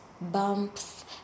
bumps